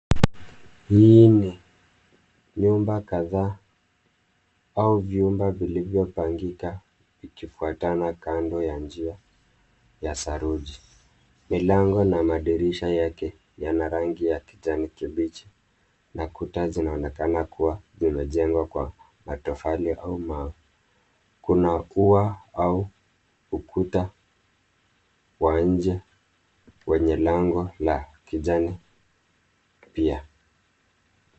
Hii ni nyumba kadhaa au vyumba vilivyopangika ikifuatana kando ya njia ya saruji. Milango na madirisha yake yana rangi ya kijani kibichi na kuki zinaonekana kuwa vimejengwa kwa matofali au mawe. Kuna ua au ukuta wa nje wenye lango la kijani pia.